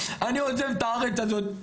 אני עוזב את הארץ הזאת,